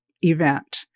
event